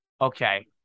okay